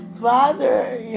Father